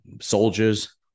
soldiers